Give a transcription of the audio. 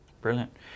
Brilliant